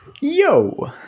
Yo